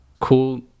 Cool